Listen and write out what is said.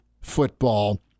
football